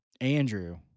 Andrew